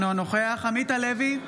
אינו נוכח עמית הלוי,